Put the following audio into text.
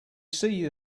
see